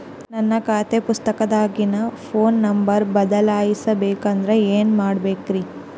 ನನ್ನ ಖಾತೆ ಪುಸ್ತಕದಾಗಿನ ಫೋನ್ ನಂಬರ್ ಬದಲಾಯಿಸ ಬೇಕಂದ್ರ ಏನ್ ಮಾಡ ಬೇಕ್ರಿ?